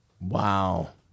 wow